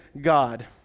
God